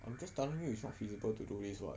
I'm just telling you it's not feasible to do this what